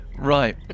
Right